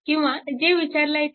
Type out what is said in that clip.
किंवा जे विचारले आहे ते